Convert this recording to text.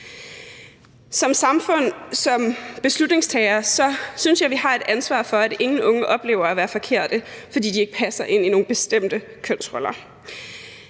Som samfund og som beslutningstagere synes jeg, at vi har et ansvar for, at ingen unge oplever at være forkerte, fordi de ikke passer ind i nogle bestemte kønsroller.